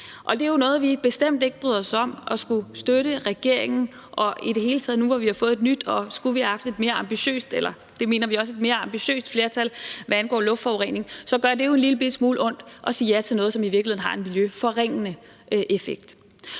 det er jo noget, vi bestemt ikke bryder os om at skulle støtte regeringen i – og i det hele taget gør det nu, hvor vi har fået et nyt og et mere ambitiøs flertal, som vi mener det er, hvad angår luftforurening, jo en lillebitte smule ondt at sige ja til noget, som i virkeligheden har en miljøforringende effekt.